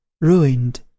ruined